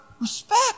respect